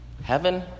Heaven